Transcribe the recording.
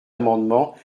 amendement